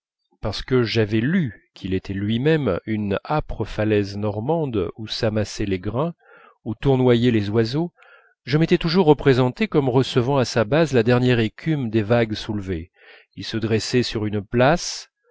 parce que j'avais lu qu'il était lui-même une âpre falaise normande où s'amassaient les grains où tournoyaient les oiseaux je m'étais toujours représenté comme recevant à sa base la dernière écume des vagues soulevées il se dressait sur une place